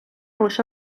лише